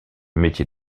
métier